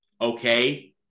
okay